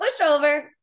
pushover